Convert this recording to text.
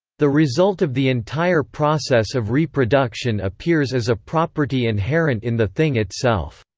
the result of the entire process of reproduction appears as a property inherent in the thing itself.